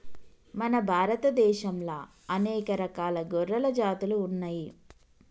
మన భారత దేశంలా అనేక రకాల గొర్రెల జాతులు ఉన్నయ్యి